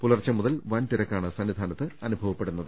പുലർച്ചെ മുതൽ വൻ തിര ക്കാണ് സന്നിധാനത്ത് അനുഭവപ്പെടുന്നത്